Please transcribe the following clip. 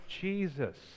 Jesus